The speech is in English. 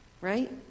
right